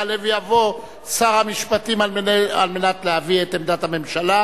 יעלה ויבוא שר המשפטים על מנת להביא את עמדת הממשלה.